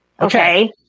Okay